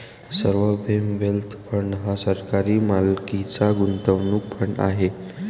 सार्वभौम wealth fund हा सरकारी मालकीचा गुंतवणूक फंड आहे